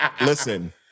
Listen